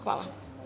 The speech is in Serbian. Hvala.